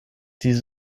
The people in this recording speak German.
die